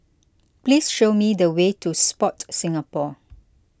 please show me the way to Sport Singapore